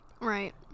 Right